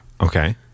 Okay